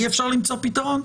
אי אפשר למצוא פתרון?